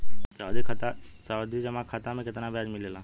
सावधि जमा खाता मे कितना ब्याज मिले ला?